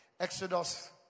Exodus